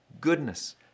goodness